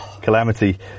calamity